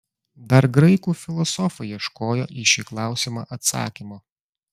dar graikų filosofai ieškojo į šį klausimą atsakymo